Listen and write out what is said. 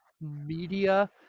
media